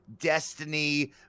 destiny